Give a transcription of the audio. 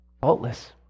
faultless